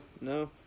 no